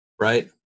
Right